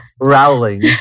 Rowling